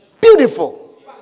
Beautiful